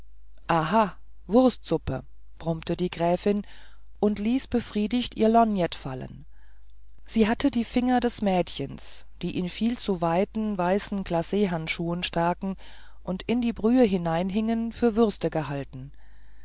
aha wurstsuppe brummte die gräfin und ließ befriedigt ihre lorgnette fallen sie hatte die finger des mädchens die in viel zu weiten weißen glachandschuhen staken und in die brühe hineinhingen für würste gehalten